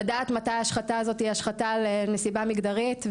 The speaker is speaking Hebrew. לדעת מתי ההשחתה הזאת היא השחתה מסיבה מגדרית,